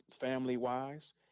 family-wise